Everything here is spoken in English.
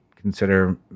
consider